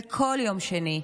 וכל יום שני,